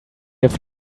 have